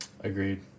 Agreed